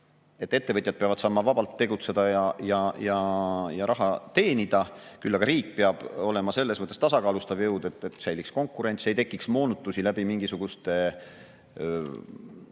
et ettevõtjad peavad saama vabalt tegutseda ja raha teenida, küll aga riik peab olema selles mõttes tasakaalustav jõud, et säiliks konkurents, et ei tekiks moonutusi läbi mingisuguste